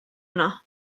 yno